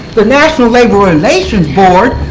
the national labor relations board,